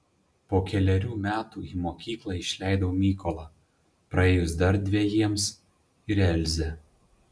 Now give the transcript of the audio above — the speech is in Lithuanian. po kelerių metų į mokyklą išleidau mykolą praėjus dar dvejiems ir elzę